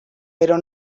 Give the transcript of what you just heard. però